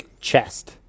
chest